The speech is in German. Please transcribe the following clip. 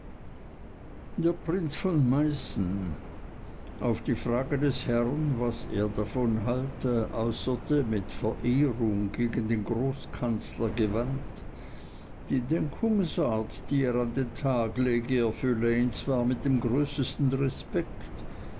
der prinz christiern von meißen auf die frage des herrn was er davon halte äußerte mit verehrung gegen den großkanzler gewandt die denkungsart die er an den tag lege erfülle ihn zwar mit dem größesten respekt